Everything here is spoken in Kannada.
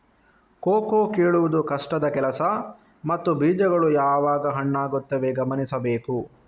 ಕೋಕೋ ಕೀಳುವುದು ಕಷ್ಟದ ಕೆಲಸ ಮತ್ತು ಬೀಜಗಳು ಯಾವಾಗ ಹಣ್ಣಾಗುತ್ತವೆ ಗಮನಿಸಬೇಕು